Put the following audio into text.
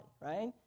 right